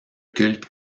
culte